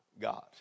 God